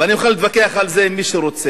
ואני מוכן להתווכח על זה עם מי שרוצה: